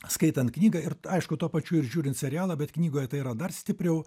skaitant knygą ir aišku tuo pačiu ir žiūrint serialą bet knygoje tai yra dar stipriau